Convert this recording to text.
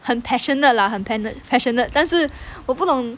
很 passionate lah 很 penen~ passionate 但是我不懂